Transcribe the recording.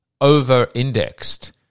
over-indexed